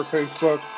Facebook